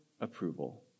approval